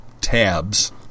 tabs